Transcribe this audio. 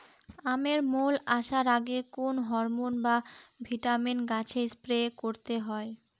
আমের মোল আসার আগে কোন হরমন বা ভিটামিন গাছে স্প্রে করতে হয়?